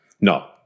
No